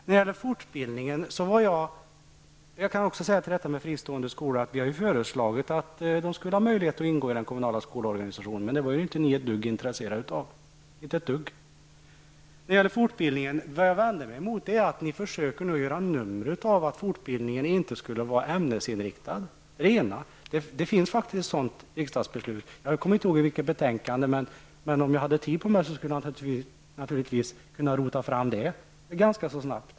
Vi har när det gäller de fristående skolorna också föreslagit att de skulle kunna ingå i den kommunala skolorganisationen, men det var ju ni inte ett dugg intresserade av. Inte ett dugg! Vad jag vände mig emot vad gäller fortbildningen är att ni nu försöker göra ett nummer av att fortbildningen inte skulle vara ämnesinriktad. Det finns faktiskt ett riksdagsbeslut om det. Jag kommer inte ihåg i vilket betänkande det tas upp, men om jag hade tid på mig skulle jag naturligtvis kunna leta fram det ganska så snabbt.